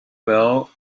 will